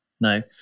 no